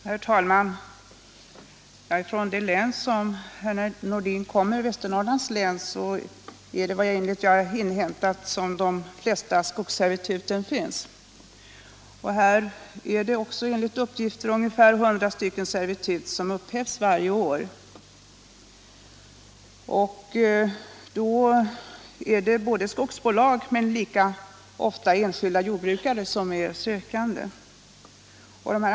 Herr talman! I det län som herr Nordin kommer från, Västernorrlands län, finns enligt vad jag inhämtat de flesta skogsservituten. Det är, också enligt uppgift, ungefär 100 servitut som där upphävs varje år. De sökande kan vara skogsbolag men är lika ofta enskilda jordbrukare.